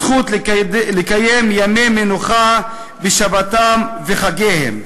זכות לקיים ימי מנוחה בשבתם וחגיהם.